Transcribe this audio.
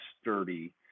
sturdy